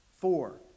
Four